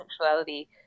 sexuality